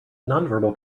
nonverbal